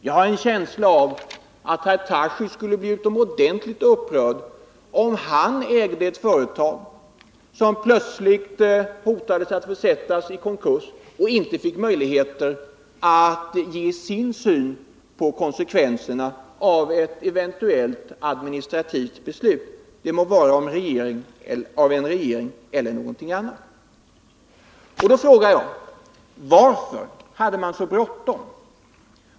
Jag har en känsla av att herr Tarschys skulle bli utomordentligt upprörd, om han ägde ett företag, som plötsligt hotades att bli försatt i konkurs, och han inte fick möjlighet att ge sin syn på konsekvenserna av ett eventuellt administrativt beslut, det må vara av en regering eller något annat organ. Då frågar jag: Varför hade man så bråttom?